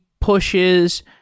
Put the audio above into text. pushes